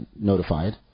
notified